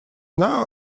now